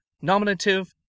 nominative